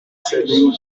selling